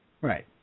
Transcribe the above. right